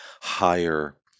higher